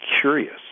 curious